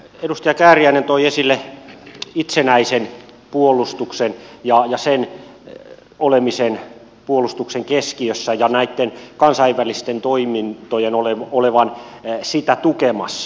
edustaja kääriäinen toi esille itsenäisen puolustuksen ja sen olemisen puolustuksen keskiössä ja näitten kansainvälisten toimintojen olevan sitä tukemassa